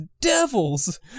devils